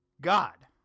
God